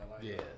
Yes